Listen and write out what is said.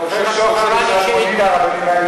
לוקחים שוחד ושלמונים,